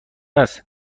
است